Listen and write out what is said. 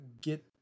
get